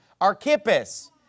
Archippus